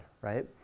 right